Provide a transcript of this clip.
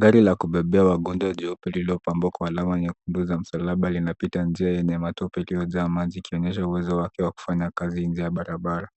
Gari la kubebea wagonjwa jeupe lililopambwa kwa alama nyekundu za msalaba linapita njia yenye matope ikiwa imejaa maji ikionyesha uwezo wake wa kufanya kazi nje ya barabara.